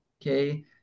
okay